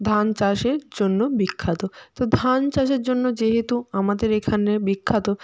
ধান চাষের জন্য বিখ্যাত তো ধান চাষের জন্য যেহেতু আমাদের এখানে বিখ্যাত